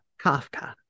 Kafka